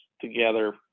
together